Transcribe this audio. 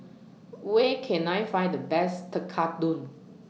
Where Can I Find The Best Tekkadon